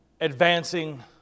advancing